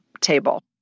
table